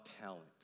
talent